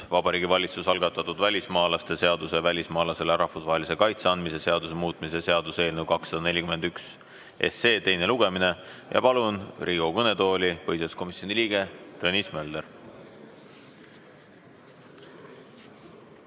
Vabariigi Valitsuse algatatud välismaalaste seaduse ja välismaalasele rahvusvahelise kaitse andmise seaduse muutmise seaduse eelnõu 241 teine lugemine. Palun Riigikogu kõnetooli põhiseaduskomisjoni liikme Tõnis Mölderi.